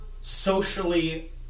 socially